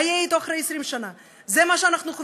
מה יהיה אתו אחרי 20 שנה?